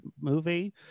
movie